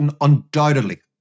undoubtedly